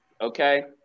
Okay